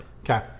Okay